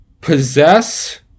possess